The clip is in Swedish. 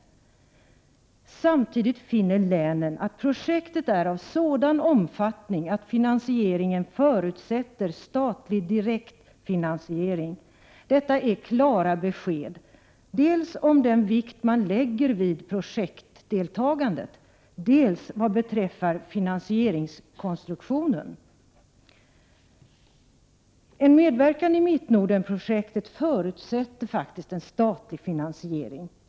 Samtidigt finner länen att projektet är av sådan omfattning att statlig direktfinansiering är en förutsättning för att projektet skall kunna genomföras. Detta är klara besked dels om den vikt som man fäster vid deltagandet i projektet, dels om konstruktionen av finansieringen. En medverkan i Mittnordenprojektet förutsätter alltså en statlig finansiering.